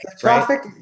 Traffic